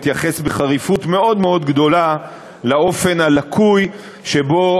התייחס בחריפות רבה מאוד לאופן הלקוי שבו